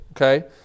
okay